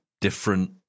different